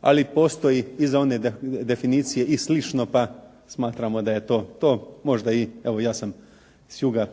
ali postoji i za one definicije i slično, pa smatramo da je to to. Možda i evo ja sam s juga,